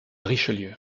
richelieu